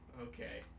Okay